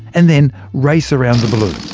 and then race around the balloon.